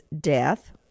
death